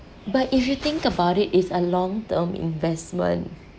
but if you think about it it's a long term investment